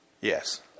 Yes